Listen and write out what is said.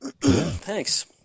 Thanks